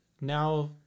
now